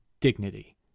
dignity